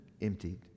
emptied